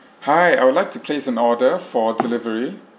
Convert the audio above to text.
hi I would like to place an order for delivery